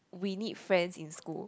we need friends in school